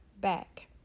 back